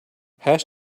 hash